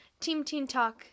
teamteentalk